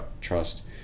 trust